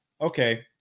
Okay